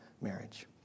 marriage